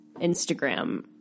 Instagram